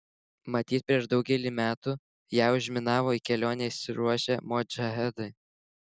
matyt prieš daugelį metų ją užminavo į kelionę išsiruošę modžahedai